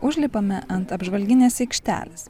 užlipame ant apžvalginės aikštelės